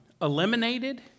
Eliminated